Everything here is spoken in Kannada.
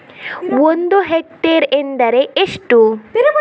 ಒಂದು ಹೆಕ್ಟೇರ್ ಎಂದರೆ ಎಷ್ಟು?